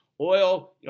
Oil